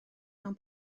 mewn